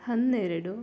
ಹನ್ನೆರಡು